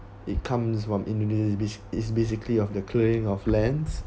it comes from indonesia bas~ is basically of the killing of lands